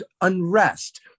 unrest